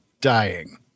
dying